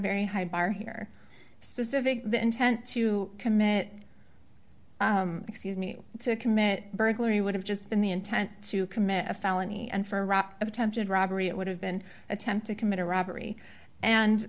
very high bar here specifically the intent to commit excuse me to commit burglary would have just been the intent to commit a felony and for rock of attempted robbery it would have been attempt to commit a robbery and